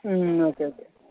okay okay